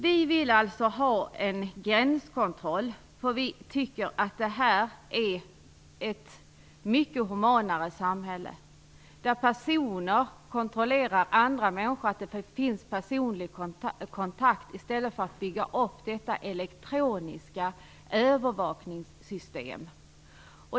Vi vill alltså ha en gränskontroll, för vi tycker att ett samhälle där personer kontrollerar andra människor och där det finns personlig kontakt är mycket humanare än ett samhälle där man bygger upp elektroniska övervakningssystem.